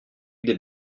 des